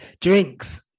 drinks